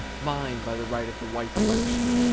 mine by the right of the white election!